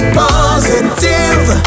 positive